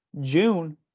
June